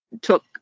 took